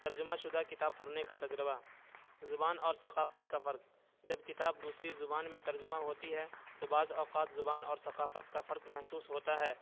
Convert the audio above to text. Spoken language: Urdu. ترجمہ شدہ کتاب پڑھنے کا تجربہ زبان اور ثقافت کا فرق جب کتاب دوسری زبان میں ترجمہ ہوتی ہے تو بعض اوقات زبان اور ثقافت کا فرق محسوس ہوتا ہے